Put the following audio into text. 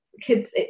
kids